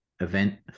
event